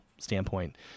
standpoint